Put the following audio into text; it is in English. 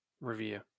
review